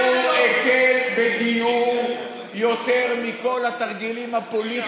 הוא הקל בגיור יותר מכל התרגילים הפוליטיים,